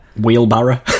Wheelbarrow